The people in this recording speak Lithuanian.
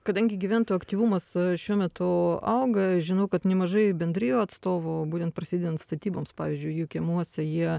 kadangi gyventų aktyvumas šiuo metu auga žinau kad nemažai bendrijų atstovų būtent prasidedant statyboms pavyzdžiui jų kiemuose jie